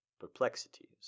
perplexities